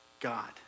God